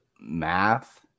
math